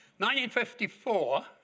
1954